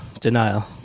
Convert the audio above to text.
denial